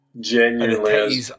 Genuinely